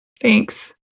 Thanks